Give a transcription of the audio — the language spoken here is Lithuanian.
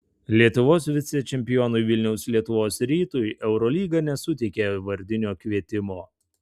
lietuvos vicečempionui vilniaus lietuvos rytui eurolyga nesuteikė vardinio kvietimo